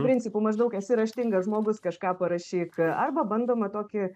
principu maždaug esi raštingas žmogus kažką parašyk arba bandoma tokį